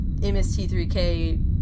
MST3K